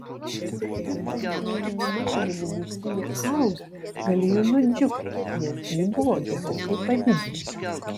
uždirbantieji minimalią mėnesinę algą galėjo nudžiugti nes ji buvo gerokai padidinta